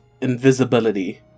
invisibility